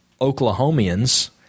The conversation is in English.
Oklahomians –